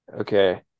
Okay